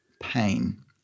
pain